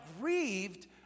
grieved